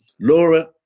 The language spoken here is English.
laura